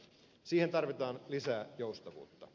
siihen tarvitaan lisää joustavuutta